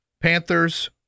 Panthers